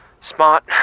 Smart